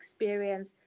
experience